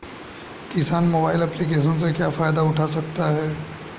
किसान mobile application से क्या फायदा उठा सकता है?